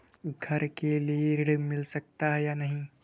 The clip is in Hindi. घर के लिए ऋण मिल सकता है या नहीं?